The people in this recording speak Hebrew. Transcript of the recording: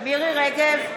מירי מרים רגב,